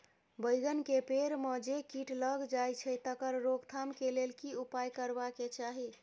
बैंगन के पेड़ म जे कीट लग जाय छै तकर रोक थाम के लेल की उपाय करबा के चाही?